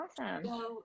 awesome